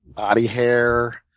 body hair.